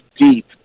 deep